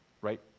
Right